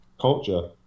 culture